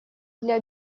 для